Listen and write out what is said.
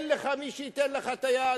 אין לך מי שייתן לך את היד,